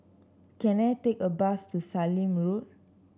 can I take a bus to Sallim Road